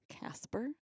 Casper